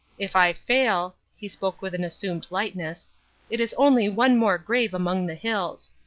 if i fail he spoke with an assumed lightness it is only one more grave among the hills.